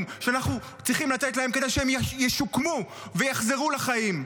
שאנחנו צריכים לתת להם כדי שהם ישוקמו ויחזרו לחיים?